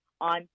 on